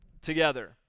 together